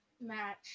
match